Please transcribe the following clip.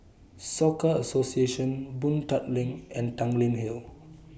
Soka Association Boon Tat LINK and Tanglin Hill